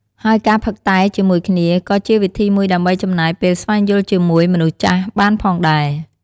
ហើយការផឹកតែជាមួយគ្នាក៏ជាវិធីមួយដើម្បីចំណាយពេលស្វែងយល់ជាមួយមនុស្សចាស់បានផងដែរ។